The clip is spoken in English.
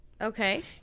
Okay